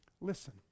listen